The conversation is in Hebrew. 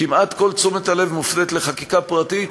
כמעט כל תשומת הלב מופנית לחקיקה פרטית,